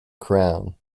crown